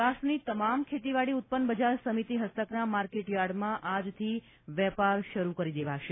સૌરાષ્ટ્રની તમામ ખેતીવાડી ઉત્પન્ન બજાર સમિતિ હસ્તકના માર્કેટ યાર્ડમાં આજથી વેપાર શર્ કરી દેવાશે